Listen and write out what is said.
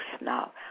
now